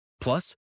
Plus